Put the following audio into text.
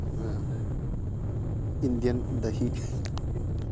Indian ꯗꯍꯤ